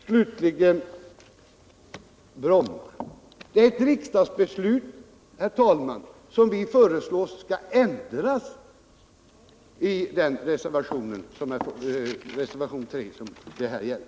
Slutligen om Bromma: Vad frågan här gäller är ett riksdagsbeslut, herr talman, vilket vi i reservationen 3 föreslår skall ändras.